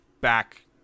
back